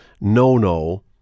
no-no